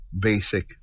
basic